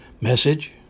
message